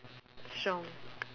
strong